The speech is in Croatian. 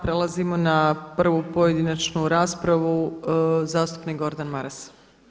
Prelazimo na prvu pojedinačnu raspravu zastupnik Gordan Maras.